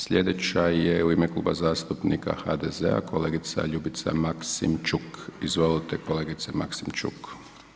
Slijedeća je u ime Kluba zastupnika HDZ-a kolegica Ljubica Maksimčuk, izvolite kolegice Maksimčuk.